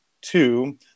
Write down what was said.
two